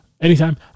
Anytime